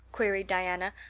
queried diana,